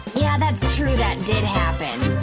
yeah, that's true that did happen.